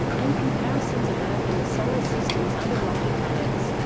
and comparisons of earth and the solar system's other rocky planets.